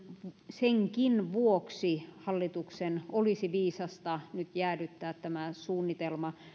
senkin vuoksi hallituksen olisi viisasta nyt jäädyttää suunnitelma